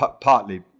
partly